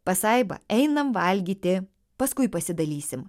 pasaiba einam valgyti paskui pasidalysim